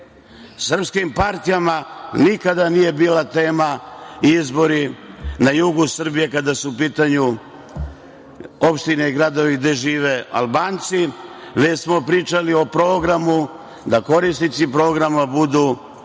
Srpskim partijama nikada nije bila tema izbori na jugu Srbije, kada su u pitanju opštine i gradovi gde žive Albanci, već smo pričali o programu, da korisnici programa budu sve nacije